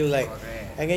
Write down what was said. correct